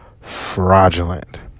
fraudulent